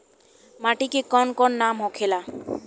माटी के कौन कौन नाम होखे ला?